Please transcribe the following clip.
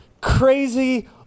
crazy